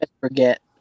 forget